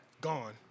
gone